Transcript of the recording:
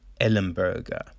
Ellenberger